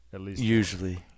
Usually